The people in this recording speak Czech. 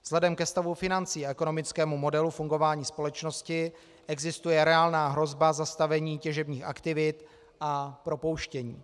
Vzhledem ke stavu financí a ekonomickému modelu fungování společnosti existuje reálná hrozba zastavení těžebních aktivit a propouštění.